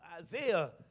Isaiah